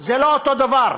או בכל מועד שתרצה,